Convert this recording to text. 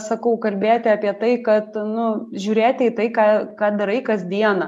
sakau kalbėti apie tai kad nu žiūrėti į tai ką ką darai kasdieną